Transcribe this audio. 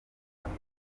ataba